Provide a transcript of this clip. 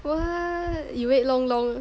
what you wait long long